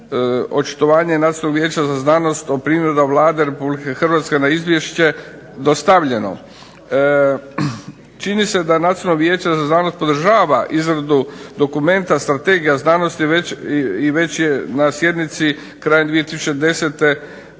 očitovanje vijeća za znanost o primjedbama Vlade Republike Hrvatske na Izvješće dostavljeno. Čini se da Nacionalno vijeće za znanost podržava izradu dokumenta Strategija znanosti i već je na sjednici krajem 2010.